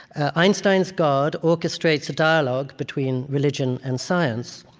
einstein's god orchestrates a dialogue between religion and science.